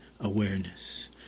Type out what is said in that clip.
awareness